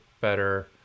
better